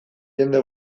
jende